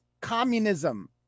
communism